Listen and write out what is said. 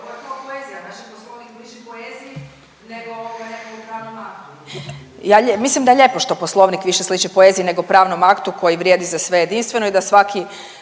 Mislim da je lijepo da Poslovnik više sliči poeziji nego pravnom aktu koji vrijedi za sve jedinstveno i da svaki